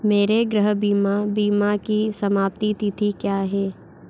मेरे गृह बीमा बीमा की समाप्ति तिथि क्या है